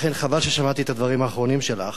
לכן חבל ששמעתי את הדברים האחרונים שלך,